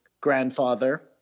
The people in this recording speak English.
grandfather